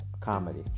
comedy